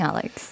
Alex